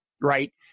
Right